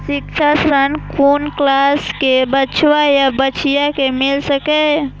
शिक्षा ऋण कुन क्लास कै बचवा या बचिया कै मिल सके यै?